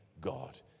God